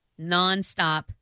nonstop